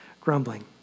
grumbling